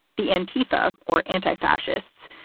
the antifa or antifascists,